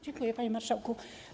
Dziękuję, panie marszałku.